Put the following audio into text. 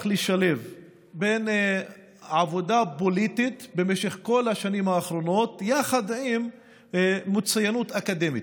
לשלב עבודה פוליטית במשך כל השנים האחרונות עם מצוינות אקדמית.